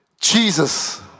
Jesus